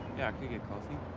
yeah, i could get coffee.